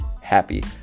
happy